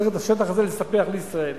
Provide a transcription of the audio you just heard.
צריך את השטח הזה לספח לישראל,